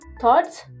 thoughts